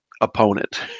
opponent